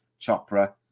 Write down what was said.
Chopra